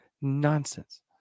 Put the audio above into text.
nonsense